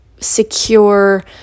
secure